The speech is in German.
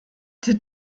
der